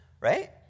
right